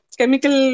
chemical